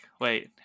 wait